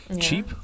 cheap